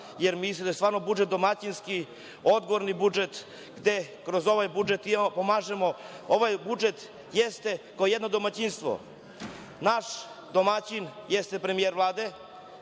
jer mislim da je budžet domaćinski, odgovorni budžet. Kroz ovaj budžet pomažemo. Ovaj budžet jeste kao jedno domaćinstvo. Naš domaćin jeste premijer Vlade.